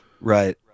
Right